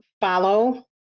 follow